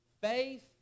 Faith